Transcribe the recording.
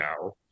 now